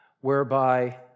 whereby